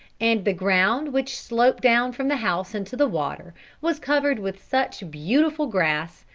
and the ground which sloped down from the house into the water was covered with such beautiful grass,